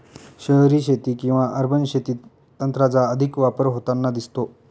शहरी शेती किंवा अर्बन शेतीत तंत्राचा अधिक वापर होताना दिसतो